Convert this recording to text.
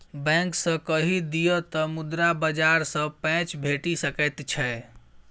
bank जँ कहि दिअ तँ मुद्रा बाजार सँ पैंच भेटि सकैत छै